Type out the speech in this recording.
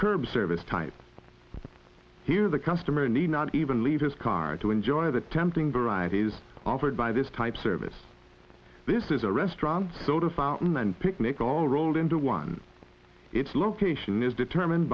curb service type here the customer need not even leave his car to enjoy the tempting varieties offered by this type service this is a restaurant soda fountain and picnic all rolled into one its location is determined